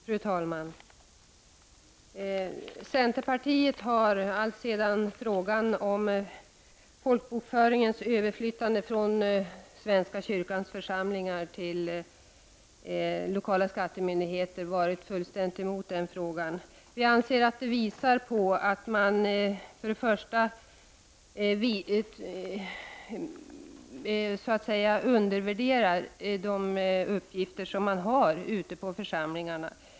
Fru talman! Centern har alltsedan frågan om folkbokföringens överföring från Svenska kyrkans församlingar till lokala skattemyndigheter började diskuteras varit fullständigt emot den. Vi tycker att det tyder på en undervärdering av de uppgifter som finns ute på församlingarna.